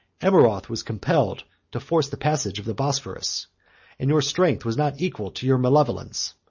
amurath was compelled to force the passage of the bosphorus and your strength was not equal to your malevolence.